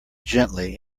gently